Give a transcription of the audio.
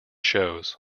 shows